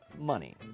Money